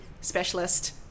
specialist